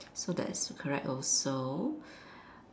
so that's correct also